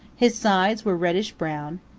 his sides were reddish-brown.